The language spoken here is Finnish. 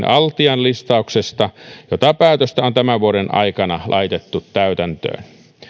altian listauksesta jota päätöstä on tämän vuoden aikana laitettu täytäntöön